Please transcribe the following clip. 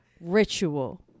ritual